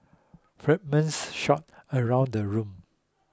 fragments shot around the room